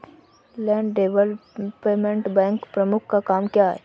Land development bank का प्रमुख काम क्या है?